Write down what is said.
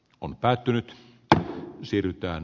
on päätynyt että siirrytään